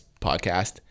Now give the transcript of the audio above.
podcast